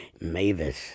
Mavis